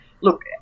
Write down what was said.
look